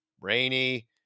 rainy